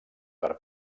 per